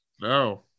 No